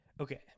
Okay